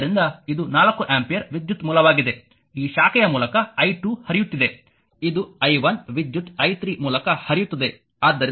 ಆದ್ದರಿಂದ ಇದು 4 ಆಂಪಿಯರ್ ವಿದ್ಯುತ್ ಮೂಲವಾಗಿದೆ ಈ ಶಾಖೆಯ ಮೂಲಕ i2 ಹರಿಯುತ್ತಿದೆ ಇದು i 1 ವಿದ್ಯುತ್ i3 ಮೂಲಕ ಹರಿಯುತ್ತದೆ